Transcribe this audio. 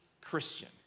Christian